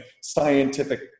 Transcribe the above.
scientific